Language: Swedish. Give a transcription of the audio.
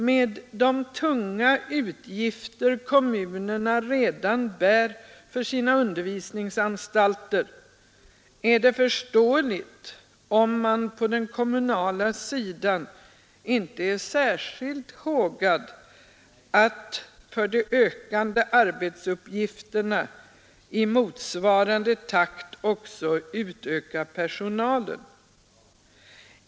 Med tanke på de tunga utgifter som kommunerna redan bär för sina undervisningsanstalter är det förståeligt om man på den kommunala sidan inte är särskilt hågad att för de ökande arbetsuppgifterna i motsvarande takt också utöka personalen.